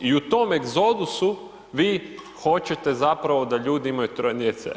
I u tom egzodusu vi hoćete zapravo da ljudi imaju troje djece.